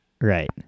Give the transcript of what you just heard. Right